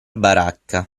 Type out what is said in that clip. baracca